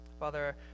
Father